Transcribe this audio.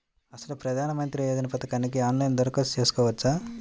అసలు ప్రధాన మంత్రి యోజన పథకానికి ఆన్లైన్లో దరఖాస్తు చేసుకోవచ్చా?